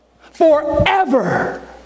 forever